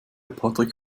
patrick